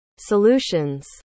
Solutions